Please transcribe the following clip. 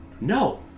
No